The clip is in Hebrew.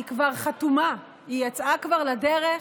היא כבר חתומה, היא יצאה כבר לדרך.